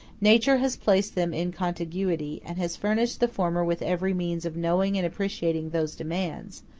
nature has placed them in contiguity, and has furnished the former with every means of knowing and appreciating those demands,